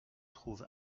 trouve